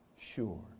sure